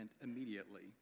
immediately